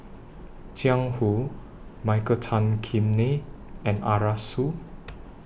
Jiang Hu Michael Tan Kim Nei and Arasu